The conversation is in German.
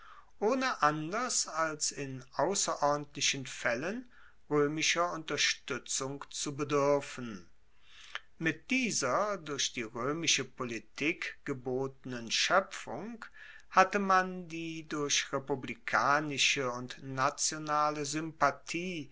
ohne anders als in ausserordentlichen faellen roemischer unterstuetzung zu beduerfen mit dieser durch die roemische politik gebotenen schoepfung hatte man die durch republikanische und nationale sympathie